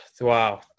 Wow